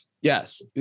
Yes